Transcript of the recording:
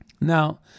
Now